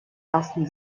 ersten